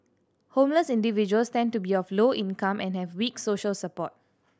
homeless individuals tend to be of low income and have weak social support